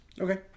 okay